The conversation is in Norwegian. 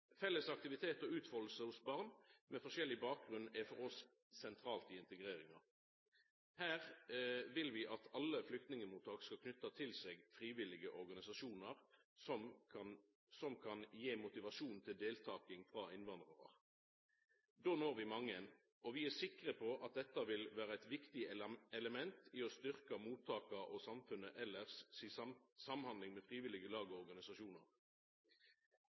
Felles aktivitet og utfalding hos barn med forskjellig bakgrunn er for oss sentralt i integreringa. Her vil vi at alle flyktningmottak skal knyta til seg frivillige organisasjonar som kan gi motivasjon til deltaking frå innvandrarar. Då når vi mange, og vi er sikre på at dette vil vera eit viktig element i å styrkja samhandlinga mellom mottaka og samfunnet elles og frivillige lag og organisasjonar. Vidare vil vi støtta opp om lokalidrettslag og